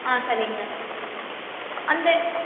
ஆ சரிங்க அந்த